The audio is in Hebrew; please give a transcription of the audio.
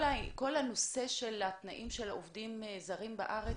כל הנושא של התנאים של עובדים בארץ,